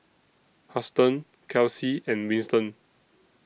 Huston Kelsea and Winston